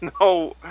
no